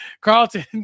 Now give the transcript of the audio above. Carlton